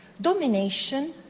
Domination